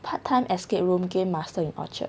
part time escape room game master in orchard